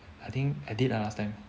I think I did lah last time